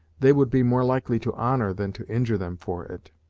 they would be more likely to honor than to injure them for it.